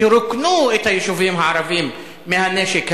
תרוקנו את היישובים הערביים מהנשק הזה,